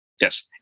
Yes